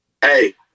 Hey